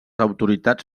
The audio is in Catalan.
autoritats